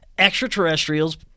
extraterrestrials